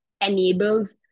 enables